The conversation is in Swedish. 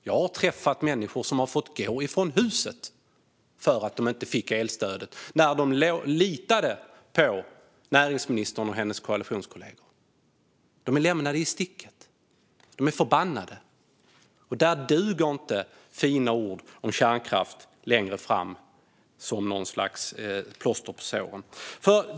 Jag har träffat människor som har fått gå från huset för att de inte fick elstödet när de litade på näringsministern och hennes koalitionskollegor. De är lämnade i sticket. De är förbannade. Där duger inte fina ord om kärnkraft längre fram som något slags plåster på såren.